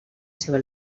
seva